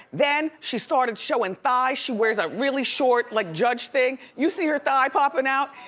then, she started showing thigh. she wears a really short like judge thing. you see here thigh popping out?